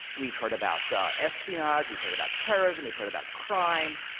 we've heard about espionage. we've heard about terrorism. we've heard about crime.